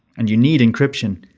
and you need encryption,